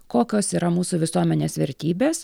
kokios yra mūsų visuomenės vertybės